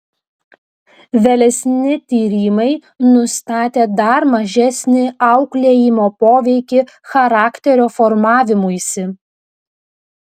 vėlesni tyrimai nustatė dar mažesnį auklėjimo poveikį charakterio formavimuisi